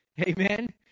Amen